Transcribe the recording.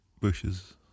bushes